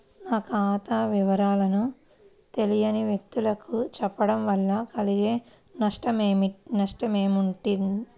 నా ఖాతా వివరాలను తెలియని వ్యక్తులకు చెప్పడం వల్ల కలిగే నష్టమేంటి?